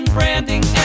Branding